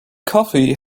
coffee